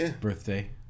birthday